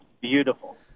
beautiful